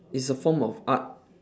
it's a form of art